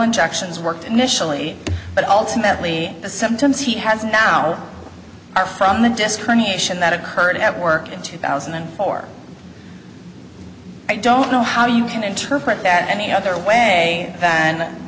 injections worked initially but ultimately the symptoms he has now are from the discrimination that occurred at work in two thousand and four i don't know how you can interpret that any other way